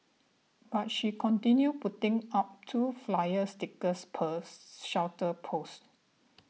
but she continued putting up two flyer stickers per shelter post